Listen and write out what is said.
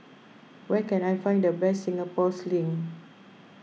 where can I find the best Singapore Sling